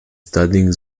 studying